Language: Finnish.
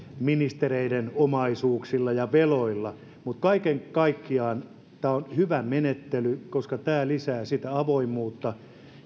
ministereiden omaisuuksilla ja veloilla mutta kaiken kaikkiaan tämä on hyvä menettely koska tämä lisää avoimuutta